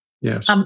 Yes